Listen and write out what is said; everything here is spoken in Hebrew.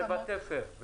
זה בתפר.